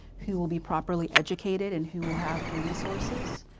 who will be properly educated and who will have the resources?